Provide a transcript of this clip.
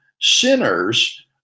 sinners